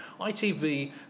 ITV